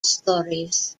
stories